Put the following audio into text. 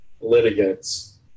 litigants